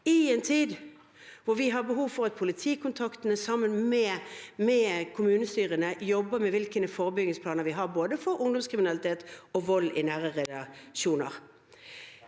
i en tid hvor vi har behov for at politikontaktene sammen med kommunestyrene jobber med hvilke forebyggingsplaner man har, når det gjelder både ungdomskriminalitet og vold i nære relasjoner.